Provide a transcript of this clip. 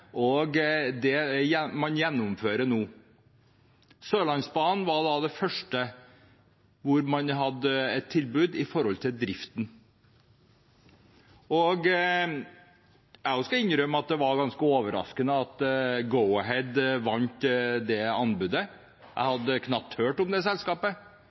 man gjennomfører det nå. Sørlandsbanen var den første jernbanestrekningen hvor man hadde et tilbud om driften. Også jeg skal innrømme at det var ganske overraskende at Go-Ahead vant det anbudet. Jeg hadde knapt hørt om det selskapet.